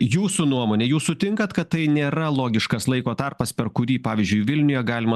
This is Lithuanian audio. jūsų nuomone jūs sutinkat kad tai nėra logiškas laiko tarpas per kurį pavyzdžiui vilniuje galima